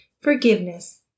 Forgiveness